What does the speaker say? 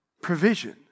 provision